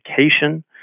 education